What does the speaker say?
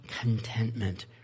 contentment